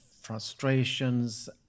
frustrations